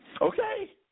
Okay